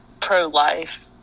pro-life